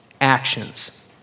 actions